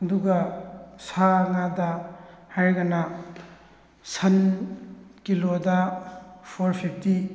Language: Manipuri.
ꯑꯗꯨꯒ ꯁꯥ ꯉꯥꯗ ꯍꯥꯏꯔꯒꯅ ꯁꯟ ꯀꯤꯂꯣꯗ ꯐꯣꯔ ꯐꯤꯐꯇꯤ